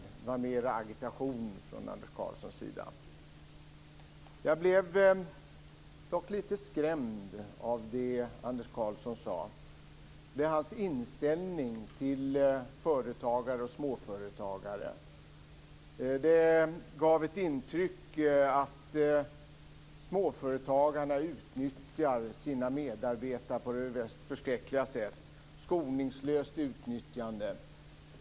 Det var mer agitation från Anders Jag blev dock lite skrämd av det Anders Karlsson sade om hans inställning till företagare och småföretagare. Det gav intrycket att småföretagarna utnyttjar sina medarbetare på det mest förskräckliga sätt, att det är fråga om ett skoningslöst utnyttjande.